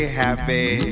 happy